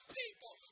people